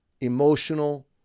emotional